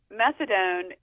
methadone